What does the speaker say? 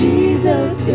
Jesus